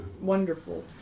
wonderful